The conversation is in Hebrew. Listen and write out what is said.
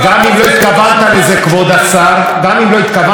באמירתך שארבע שנים באשקלון ובאשדוד,